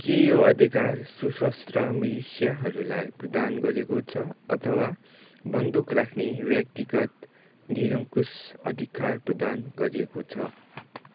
के यो अधिकार सशस्त्र मिलिसियाहरूलाई प्रदान गरिएको छ अथवा बन्दुक राख्ने व्यक्तिगत निरङ्कुश अधिकारलाई प्रदान गरिएको छ